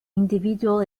individual